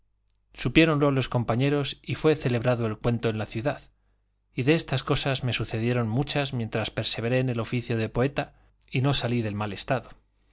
día supiéronlo los compañeros y fue celebrado el cuento en la ciudad y de estas cosas me sucedieron muchas mientras perseveré en el oficio de poeta y no salí del mal estado